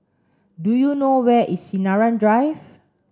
do you know where is Sinaran Drive